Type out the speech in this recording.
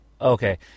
Okay